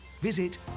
Visit